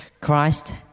Christ